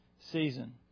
season